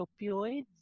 opioids